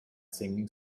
singing